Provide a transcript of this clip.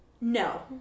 no